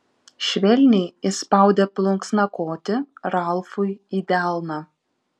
švelniai įspaudė plunksnakotį ralfui į delną